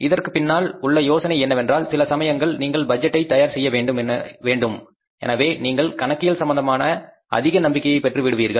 இதற்கு பின்னால் உள்ள யோசனை என்னவென்றால் சில சமயங்கள் நீங்கள் பட்ஜெட்டை தயார் செய்ய வேண்டும் எனவே நீங்கள் கணக்கியல் சம்பந்தமான அதிக நம்பிக்கையை பெற்று விடுவீர்கள்